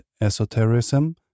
esotericism